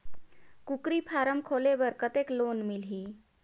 कूकरी फारम खोले बर कतेक लोन मिलही?